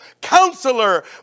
Counselor